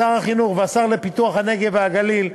שר החינוך והשר לפיתוח הנגב והגליל,